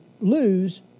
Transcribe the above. lose